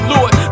Lord